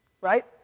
Right